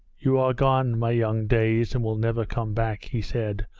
you are gone, my young days, and will never come back he said,